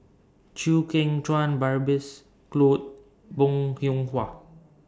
Chew Kheng Chuan Babes Conde Bong Hiong Hwa